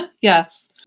Yes